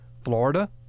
Florida